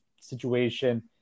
situation